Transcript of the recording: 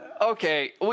Okay